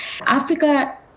Africa